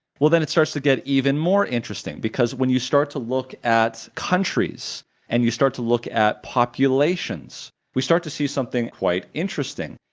well then it starts to get even more interesting, because when you start to look at countries and you start to look at populations, we start to see something quite interesting.